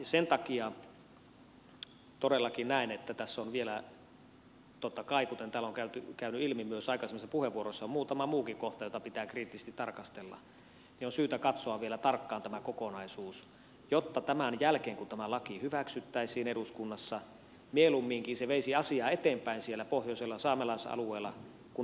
sen takia todellakin näen että tässä on vielä totta kai kuten täällä on käynyt ilmi myös aikaisemmissa puheenvuoroissa on muutama muukin kohta joita pitää kriittisesti tarkastella syytä katsoa tarkkaan tämä kokonaisuus jotta tämän jälkeen kun tämä laki hyväksyttäisiin eduskunnassa mieluumminkin se veisi asiaa eteenpäin siellä pohjoisella saamelaisalueella kuin aiheuttaisi lisää ongelmia